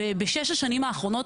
ובשש השנים האחרונות,